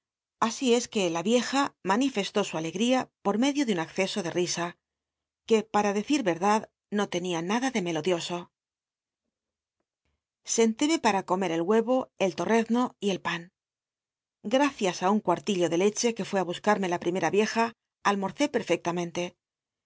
así es que la vieja man ifestó su alegria por medio de un acceso de risa uc para dccit verdad no tenia nada de melodioso sentéme para comer el huevo el torrezno y el pan gmcias t un cuartillo de leche que fué á buscarme la primera vieja almorcé perfectamente